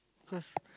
cause